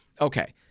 Okay